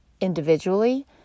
individually